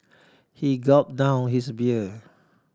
he gulp down his beer